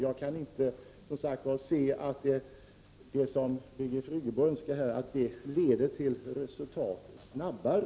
Jag kan inte se att det som Birgit Friggebo önskar här leder till resultat snabbare.